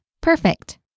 perfect